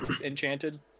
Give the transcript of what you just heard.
enchanted